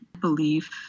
belief